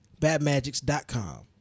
Badmagics.com